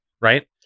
right